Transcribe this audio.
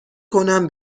کنم